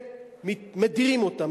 שמדירים אותן,